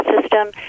system